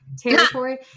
territory